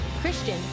christian